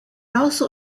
also